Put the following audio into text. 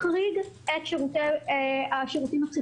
מחריג את השירותים הפסיכולוגים,